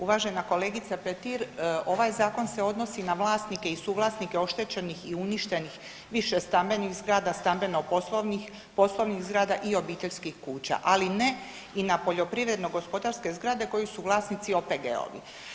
Uvažena kolegice Petir, ovaj zakon se odnosi na vlasnike i suvlasnike oštećenih i uništenih više stambenih zgrada, stambeno-poslovnih, poslovnih zgrada i obiteljskih kuća ali ne i na poljoprivredno-gospodarske zgrade kojih su vlasnici OPG-ovi.